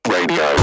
Radio